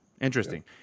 Interesting